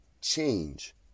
change